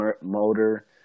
motor